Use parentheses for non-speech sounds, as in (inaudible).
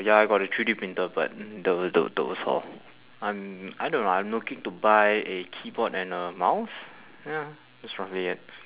ya I got a three D printer but the the those lor I'm I don't know I'm looking to buy a keyboard and a mouse ya that's roughly it (breath)